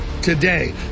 today